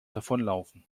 davonlaufen